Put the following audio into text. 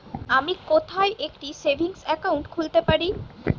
আমি কোথায় একটি সেভিংস অ্যাকাউন্ট খুলতে পারি?